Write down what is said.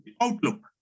outlook